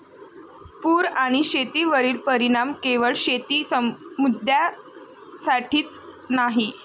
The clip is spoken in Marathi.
पूर आणि शेतीवरील परिणाम केवळ शेती समुदायासाठीच नाही